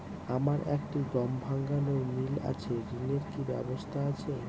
আমার একটি গম ভাঙানোর মিল আছে ঋণের কি ব্যবস্থা আছে?